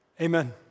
Amen